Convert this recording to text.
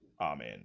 Amen